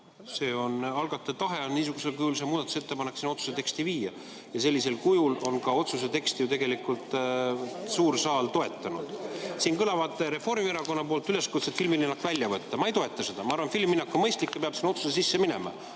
On algataja tahe niisugusel kujul see muudatusettepanek sinna otsuse teksti viia ja sellisel kujul otsuse teksti on ju tegelikult ka suur saal toetanud. Siin kõlavad Reformierakonna üleskutsed filmilinnak välja võtta. Ma ei toeta seda. Ma arvan, et filmilinnak on mõistlik ja peab sinna otsuse sisse minema,